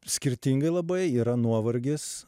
skirtingai labai yra nuovargis